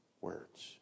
words